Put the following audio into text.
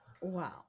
Wow